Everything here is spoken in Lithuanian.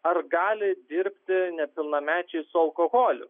ar gali dirbti nepilnamečiui su alkoholiu